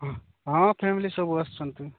ହଁ ହଁ ଫ୍ୟାମିଲି ସବୁ ଆସିଛନ୍ତି